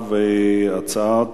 הצעת